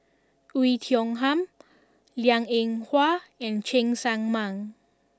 Oei Tiong Ham Liang Eng Hwa and Cheng Tsang Man